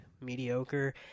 mediocre